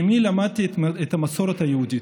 מאימי למדתי את המסורת היהודית.